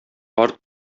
карт